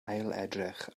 ailedrych